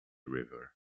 river